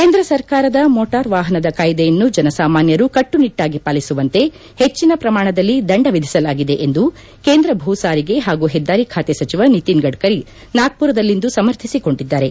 ಕೇಂದ್ರ ಸರ್ಕಾರದ ಮೋಟರ್ ವಾಹನದ ಕಾಯಿದೆಯನ್ನು ಜನ ಸಾಮಾನ್ಗರು ಕಟ್ಟುನಿಟ್ನಾಗಿ ಪಾಲಿಸುವಂತೆ ಹೆಚ್ಚಿನ ಪ್ರಮಾಣದಲ್ಲಿ ದಂಡ ವಿಧಿಸಲಾಗಿದೆ ಎಂದು ಕೇಂದ್ರ ಭೂ ಸಾರಿಗೆ ಹಾಗೂ ಹೆದ್ದಾರಿ ಖಾತೆ ಸಚಿವ ನಿತಿನ್ ಗಡ್ಡರಿ ನಾಗ್ಪುರದಲ್ಲಿಂದು ಸಮರ್ಥಿಸಿಕೊಂಡಿದ್ದಾರೆ